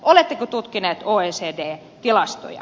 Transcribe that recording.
oletteko tutkineet oecd tilastoja